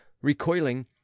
recoiling